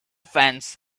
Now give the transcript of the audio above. fence